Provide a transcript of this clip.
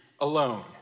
alone